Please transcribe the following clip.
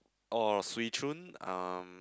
or swee-choon um